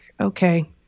Okay